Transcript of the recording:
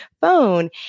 phone